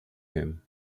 him